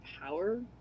power